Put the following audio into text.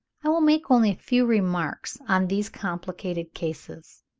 i will make only a few remarks on these complicated cases.